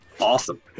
Awesome